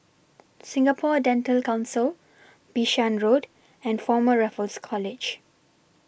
Singapore Dental Council Bishan Road and Former Raffles College